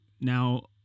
now